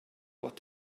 what